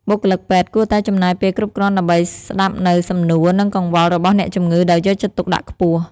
បុគ្គលិកពេទ្យគួរតែចំណាយពេលគ្រប់គ្រាន់ដើម្បីស្តាប់នូវសំណួរ និងកង្វល់របស់អ្នកជំងឺដោយយកចិត្តទុកដាក់ខ្ពស់។